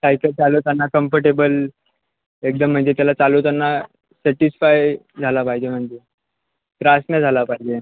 cycle चालवताना comfortable एकदम म्हणजे त्याला चालवताना सॅटिस्फाय झाला पाहिजे म्हणजे त्रास नाही झाला पाहिजे